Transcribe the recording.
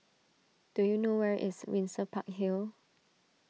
do you know where is Windsor Park Hill